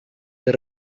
the